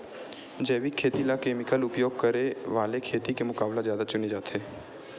जैविक खेती ला केमिकल उपयोग करे वाले खेती के मुकाबला ज्यादा चुने जाते